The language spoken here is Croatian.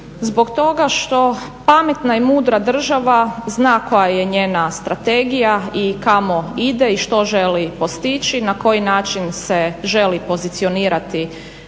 zbog toga što pametna i mudra država zna koja je njena strategija i kamo ide i što želi postići, na koji način se želi pozicionirati